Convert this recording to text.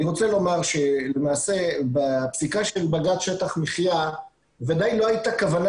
אני רוצה לומר שלמעשה בפסיקה של בג"צ שטח מחיה ודאי לא הייתה כוונה